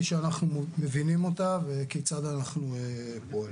שאנחנו מבינים אותה וכיצד אנחנו פועלים.